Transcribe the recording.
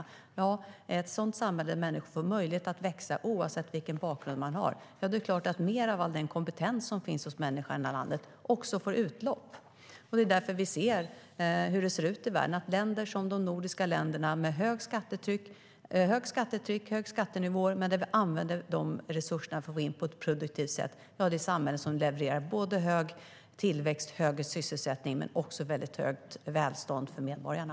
I ett sådant samhälle får människor möjlighet att växa oavsett vilken bakgrund de har. Det är klart att mer av all den kompetens som finns hos människor i det landet då också får utlopp. Det är därför vi ser hur det ser ut i världen. Länder som de nordiska länderna har högt skattetryck och höga skattenivåer. Men vi använder de resurser vi får in på ett produktivt sätt. Det är samhällen som levererar hög tillväxt och högre sysselsättning men också väldigt högt välstånd för medborgarna.